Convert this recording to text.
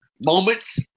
moments